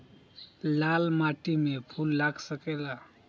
लाल माटी में फूल लाग सकेला?